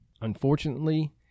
Unfortunately